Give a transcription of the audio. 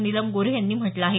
नीलम गोऱ्हे यांनी म्हटलं आहे